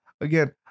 again